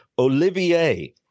Olivier